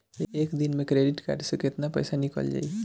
एक दिन मे क्रेडिट कार्ड से कितना पैसा निकल जाई?